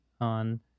on